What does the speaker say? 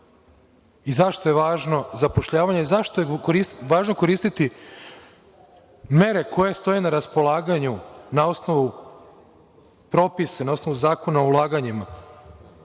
i zašto je važno zapošljavanje, i zašto je važno koristiti mere koje stoje na raspolaganju na osnovu propisa, na osnovu Zakona o ulaganjima. Ono